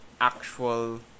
actual